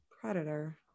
predator